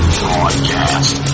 broadcast